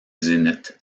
zénith